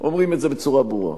אומרים את זה בצורה ברורה.